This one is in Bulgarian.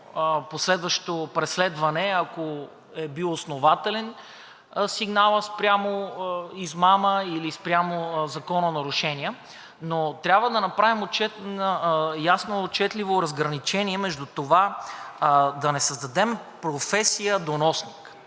последващо преследване, ако е бил основателен сигналът спрямо измама или спрямо закононарушения. Трябва обаче да направим ясно отчетливо разграничение между това да не създадем професия „доносник“.